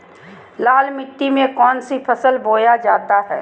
लाल मिट्टी में कौन सी फसल बोया जाता हैं?